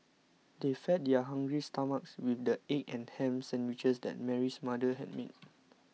they fed their hungry stomachs with the egg and ham sandwiches that Mary's mother had made